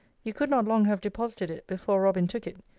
you could not long have deposited it before robin took it.